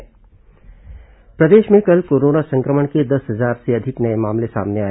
corona समाचार प्रदेश में कल कोरोना संक्रमण के दस हजार से अधिक नये मामले सामने आए